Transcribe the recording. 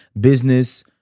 business